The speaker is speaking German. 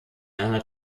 einer